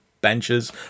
benches